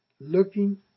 looking